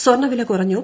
സ്വർണവില കുറഞ്ഞു